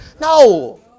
No